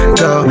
go